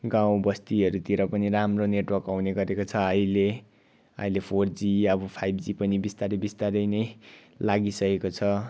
गाउँ बस्तीहरूतिर पनि राम्रो नेटवर्क आउने गरेको छ अहिले अहिले फोर जी अब फाइभ जी पनि बिस्तारै बिस्तारै नै लागि सकेको छ